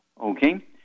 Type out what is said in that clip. Okay